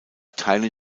teilen